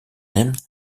named